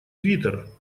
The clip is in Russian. твиттер